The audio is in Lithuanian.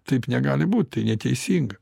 taip negali būt tai neteisinga